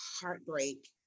heartbreak